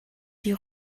die